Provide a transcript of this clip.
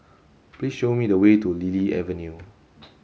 please show me the way to Lily Avenue